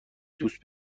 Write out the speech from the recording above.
دوست